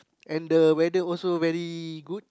and the weather also very good